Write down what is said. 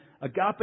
Agape